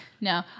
no